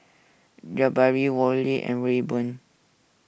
Jabari Worley and Rayburn